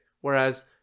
Whereas